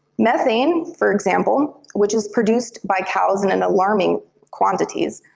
methane, for example, which is produced by cows in and alarming quantities,